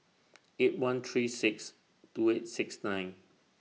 eight one three six two eight six nine